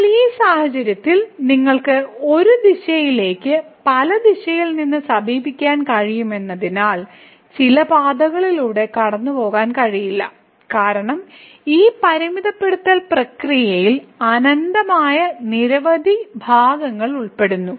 എന്നാൽ ഇപ്പോൾ ഈ സാഹചര്യത്തിൽ നിങ്ങൾക്ക് ഒരു ദിശയിലേക്ക് പല ദിശയിൽ നിന്ന് സമീപിക്കാൻ കഴിയുമെന്നതിനാൽ ചില പാതകളിലൂടെ കടന്നുപോകാൻ കഴിയില്ല കാരണം ഈ പരിമിതപ്പെടുത്തൽ പ്രക്രിയയിൽ അനന്തമായ നിരവധി ഭാഗങ്ങൾ ഉൾപ്പെടുന്നു